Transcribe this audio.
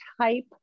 type